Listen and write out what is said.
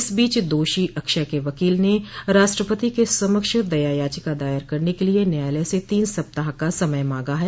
इस बीच दोषी अक्षय के वकील ने राष्ट्रपति के समक्ष दया याचिका दायर करने के लिए न्यायालय से तीन सप्ताह का समय मांगा है